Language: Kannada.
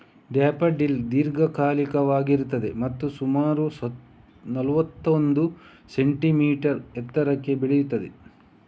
ಡ್ಯಾಫಡಿಲ್ ದೀರ್ಘಕಾಲಿಕವಾಗಿದೆ ಮತ್ತು ಸುಮಾರು ನಲ್ವತ್ತೊಂದು ಸೆಂಟಿಮೀಟರ್ ಎತ್ತರಕ್ಕೆ ಬೆಳೆಯುತ್ತದೆ